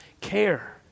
care